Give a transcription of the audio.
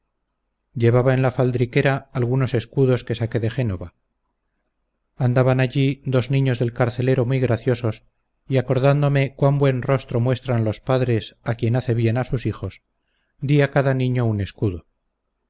llevaba en la faldriquera algunos escudos que saqué de génova andaban allí dos niños del carcelero muy graciosos y acordándome cuán buen rostro muestran los padres a quien hace bien a sus hijos di a cada niño un escudo